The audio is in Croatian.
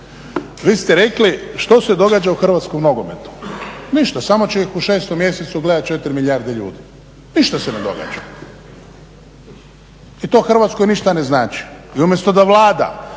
Vi ste rekli što se događa u hrvatskom nogometu? Ništa, samo će ih u 6 mjesecu gledati 4 milijarde ljudi. Ništa se ne događa i to Hrvatskoj ništa ne znači. I umjesto da Vlada